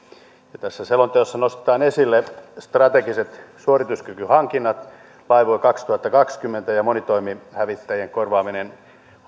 tässä selonteossa nostetaan esille strategiset suorituskykyhankinnat laivue kaksituhattakaksikymmentä ja monitoimihävittäjien korvaaminen